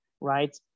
right